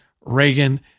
Reagan